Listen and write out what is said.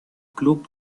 club